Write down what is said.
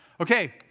Okay